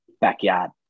backyard